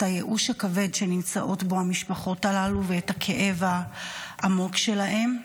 את הייאוש הכבד שנמצאות בו המשפחות הללו ואת הכאב העמוק שלהן.